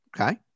Okay